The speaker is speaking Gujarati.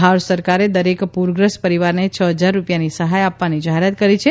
બિહાર સરકારે દરેક પ્રગ્રસ્ત પરિવારને છ ફજાર રૂપિયાની સહાય આપવાની જાહેરાત કરી છે